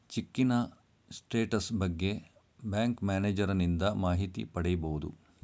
ಚಿಕ್ಕಿನ status ಬಗ್ಗೆ bank ಮ್ಯಾನೇಜರನಿಂದ ಮಾಹಿತಿ ಪಡಿಬೋದು